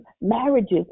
marriages